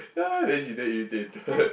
yeah then she damn irritated